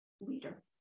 leader